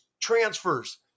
transfers